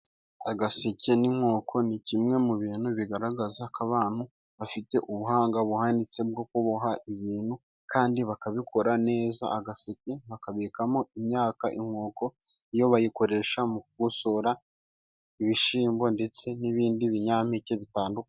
Agaseke n'inkoko ni kimwe mu bintu bigaragaza ko abantu bafite ubuhanga buhanitse, bwo kuboha ibintu, kandi bakabikora neza, agaseke bakabikamo imyaka, inkoko yo bayikoresha mu gukosora ibishyimbo, ndetse n'ibindi binyampeke bitandukanye.